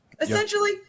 Essentially